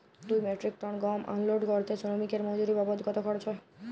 দুই metric ton গম unload করতে শ্রমিক এর মজুরি বাবদ কত খরচ হয়?